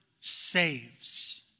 saves